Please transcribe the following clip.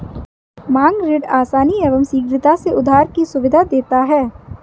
मांग ऋण आसानी एवं शीघ्रता से उधार की सुविधा देता है